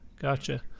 gotcha